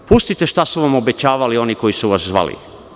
Pustite šta su vam obećavali oni koji su vas zvali.